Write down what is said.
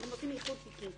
אז עושים איחוד תיקים.